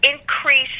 increase